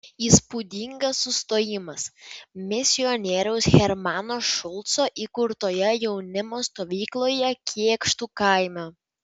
įspūdingas sustojimas misionieriaus hermano šulco įkurtoje jaunimo stovykloje kėkštų kaime